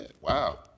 Wow